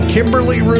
Kimberly